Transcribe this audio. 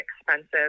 expensive